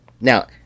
now